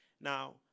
Now